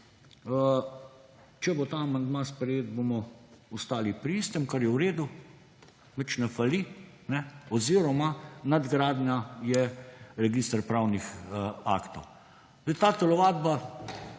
če bo ta amandma sprejet, bomo ostali pri istem. Kar je v redu, nič ne fali oziroma nadgradnja je register pravnih aktov. Ta telovadba